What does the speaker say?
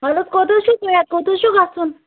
وَلہٕ حظ کوٚت حظ چھُ کوٚت حظ چھُو گَژھُن